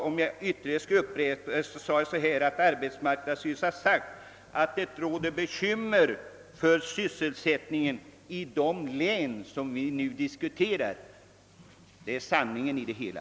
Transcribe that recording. Om jag skall upprepa det, sade jag ungefär så här: Arbetsmarknadsstyrelsens chef har sagt, att det råder bekymmer för sysselsättningen i de län, som vi nu diskuterar. Det är sanningen i det hela.